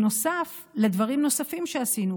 נוסף ע לדברים נוספים שעשינו,